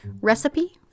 Recipe